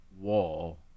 Wall